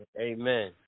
Amen